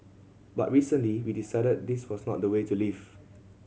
but recently we decided this was not the way to live